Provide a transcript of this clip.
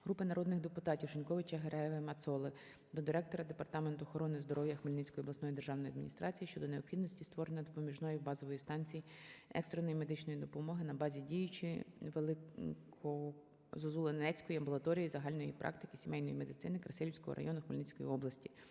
Групи народних депутатів (Шиньковича, Гереги, Мацоли) до директора Департаменту охорони здоров'я Хмельницької обласної державної адміністрації щодо необхідності створення допоміжної базової станції екстреної медичної допомоги на базі діючої Великозозулинецької амбулаторії загальної практики сімейної медицини Красилівського району Хмельницької області.